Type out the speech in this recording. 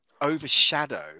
overshadow